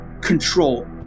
control